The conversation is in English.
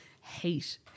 hate